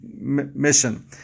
mission